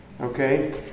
Okay